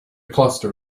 cluster